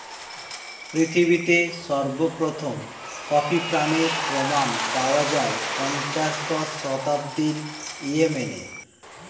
পৃথিবীতে সর্বপ্রথম কফি পানের প্রমাণ পাওয়া যায় পঞ্চদশ শতাব্দীর ইয়েমেনে